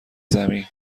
زمین